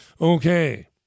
Okay